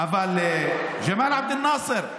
ג'מאל עבד אל-נאצר,